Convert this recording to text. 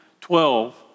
Twelve